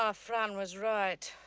ah fran was right.